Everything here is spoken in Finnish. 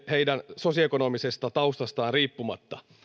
heidän sosioekonomisesta taustastaan riippumatta